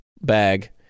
Bag